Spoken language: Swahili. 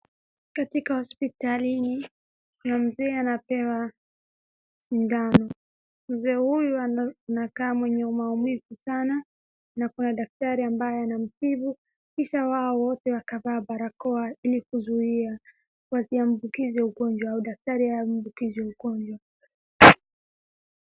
Katika hospitali kuna mzee anapewa dawa. Mzee huyu anakaa mwenye maumivu Sana na kuna daktari ambaye anatibu, kisha wao wote wanavaa barakoa ili kuzuia wasiambukizwe ugonjwa au daktari aambukizwe ugonjwa.